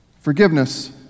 Forgiveness